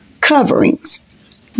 coverings